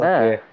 Okay